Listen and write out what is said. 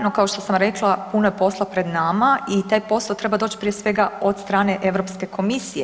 No, kao što sam rekla puno je posla pred nama i taj posao treba doći prije svega od strane Europske komisije.